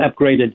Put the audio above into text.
upgraded